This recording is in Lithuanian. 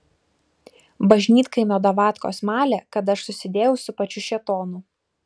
bažnytkaimio davatkos malė kad aš susidėjau su pačiu šėtonu